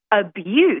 abuse